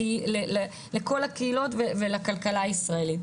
לכל הקהילות ולכלכלה הישראלית.